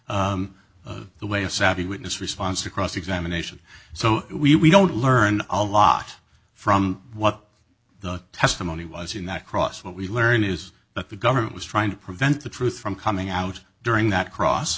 words the way a savvy witness response to cross examination so we don't learn a lot from what the testimony was in that cross what we learned is that the government was trying to prevent the truth from coming out during that cross